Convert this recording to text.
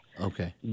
okay